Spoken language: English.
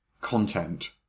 content